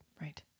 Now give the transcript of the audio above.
Right